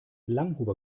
langhuber